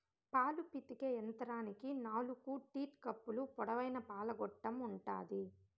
పాలు పితికే యంత్రానికి నాలుకు టీట్ కప్పులు, పొడవైన పాల గొట్టం ఉంటాది